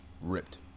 Ripped